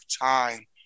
time